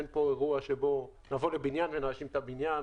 אין פה אירוע שבו נבוא לבניין ונאשים את הבניין,